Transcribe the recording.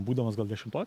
būdamas gal dešimtoj